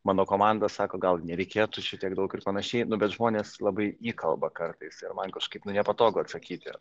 mano komanda sako gal nereikėtų šitiek daug ir panašiai bet žmonės labai įkalba kartais ir man kažkaip nu nepatogu atsakyti